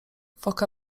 foka